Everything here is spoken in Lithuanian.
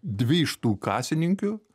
dvi iš tų kasininkių